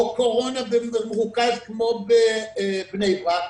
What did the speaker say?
או קורונה במרוכז כמו בבני ברק,